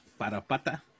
Parapata